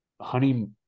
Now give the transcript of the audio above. honey